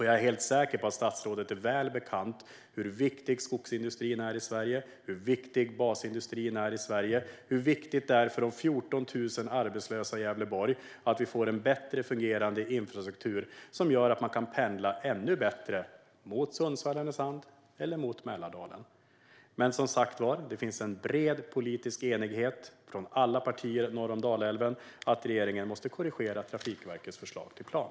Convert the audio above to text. Jag är helt säker på att statsrådet är väl bekant med hur viktig skogsindustrin är i Sverige, hur viktig basindustrin är i Sverige och hur viktigt det är för de 14 000 arbetslösa i Gävleborg att vi får en bättre fungerande infrastruktur som gör att man kan pendla ännu bättre till Sundsvall och Härnösand eller till Mälardalen. Som sagt var finns det en bred politisk enighet mellan alla partier norr om Dalälven om att regeringen måste korrigera Trafikverkets förslag till plan.